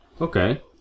Okay